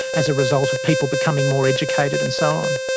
as a result of people becoming more educated, and so on.